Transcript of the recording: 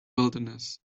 wilderness